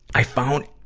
i found